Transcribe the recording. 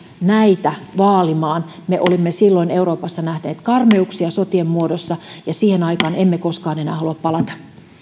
näitä vaalimaan me olimme silloin euroopassa nähneet karmeuksia sotien muodossa ja siihen aikaan emme koskaan enää halua palata